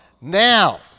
now